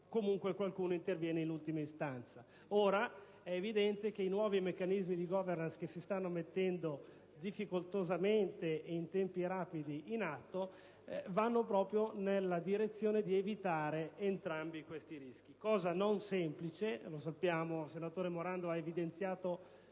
qualcuno interviene in ultima istanza). È evidente che i nuovi meccanismi di *governance* che si stanno mettendo in atto difficoltosamente e in tempi rapidi vanno proprio nella direzione di evitare entrambi questi rischi: cosa non semplice, e lo sappiamo. Il senatore Morando ha evidenziato